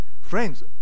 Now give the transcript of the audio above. Friends